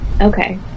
Okay